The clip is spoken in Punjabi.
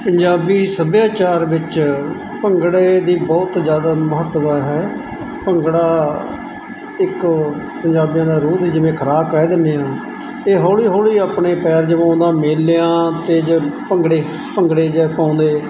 ਪੰਜਾਬੀ ਸੱਭਿਆਚਾਰ ਵਿੱਚ ਭੰਗੜੇ ਦੀ ਬਹੁਤ ਜ਼ਿਆਦਾ ਮਹੱਤਤਾ ਹੈ ਭੰਗੜਾ ਇੱਕ ਪੰਜਾਬੀਆਂ ਦਾ ਰੂਹ ਦੀ ਜਿਵੇਂ ਖੁਰਾਕ ਕਹਿ ਦਿੰਦੇ ਹਾਂ ਇਹ ਹੌਲੀ ਹੌਲੀ ਆਪਣੇ ਪੈਰ ਜਮਾਉਂਦਾ ਮੇਲਿਆਂ 'ਤੇ ਜ ਭੰਗੜੇ ਭੰਗੜੇ ਜਿਹਾ ਪਾਉਂਦੇ